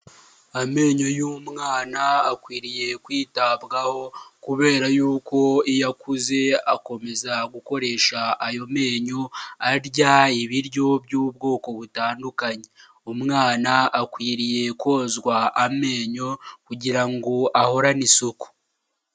Amenyo y'umwana akwiriye kwitabwaho kubera yuko iyo akuze akomeza gukoresha ayo menyo arya ibiryo by'ubwoko butandukanye, umwana akwiriye kozwa amenyo kugira ngo ahorane isuku.